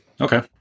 Okay